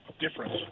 difference